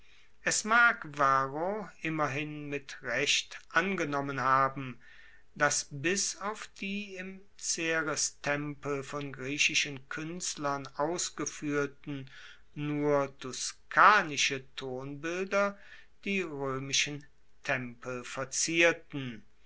es mag varro immerhin mit recht angenommen haben dass bis auf die im cerestempel von griechischen kuenstlern ausgefuehrten nur tuscanische tonbilder die roemischen tempel verzierten